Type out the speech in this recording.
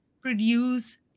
produce